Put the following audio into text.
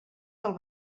del